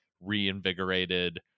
reinvigorated